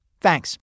Thanks